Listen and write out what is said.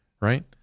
right